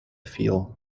feel